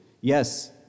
Yes